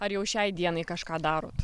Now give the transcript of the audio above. ar jau šiai dienai kažką darot